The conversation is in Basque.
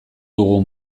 dugu